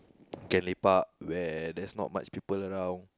can lepak where there's not much people around